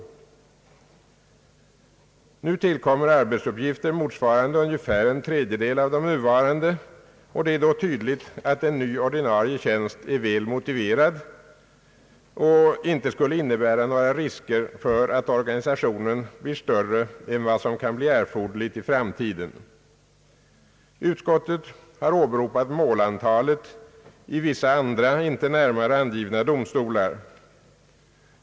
Genom regleringen tillkommer arbetsuppgifter motsvarande ungefär en tredjedel av det nuvarande antalet. Det är då tydligt att en ny ordinarie tjänst är väl motiverad och inte skulle innebära några risker för att den ordinarie organisationen blir större än vad som kan bli erforderligt i framtiden. Utskottet har åberopat målantalet i vissa andra inte närmare angivna domstolar.